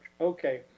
Okay